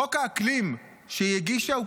חוק האקלים שהיא הגישה הוא